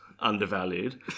undervalued